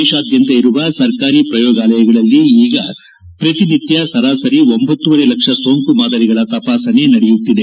ದೇಶಾದ್ಯಂತ ಇರುವ ಸರ್ಕಾರಿ ಪ್ರಯೋಗಾಲಯಗಳಲ್ಲಿ ಈಗ ಪ್ರತಿನಿತ್ಲ ಸರಾಸರಿ ಒಂಭತೂವರೆ ಲಕ್ಷ ಸೋಂಕು ಮಾದರಿಗಳ ತಪಾಸಣೆ ನಡೆಯುತ್ತಿದೆ